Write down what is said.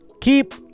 keep